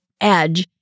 edge